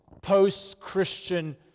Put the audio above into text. post-Christian